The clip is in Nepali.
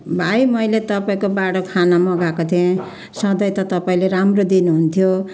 भाइ मैले तपाईँकोबाट खाना मगाएको थिएँ सधैँ त तपाईँले राम्रो दिनुहुन्थ्यो